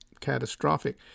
catastrophic